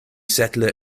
settler